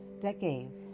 decades